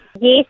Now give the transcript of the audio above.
Yes